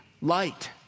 light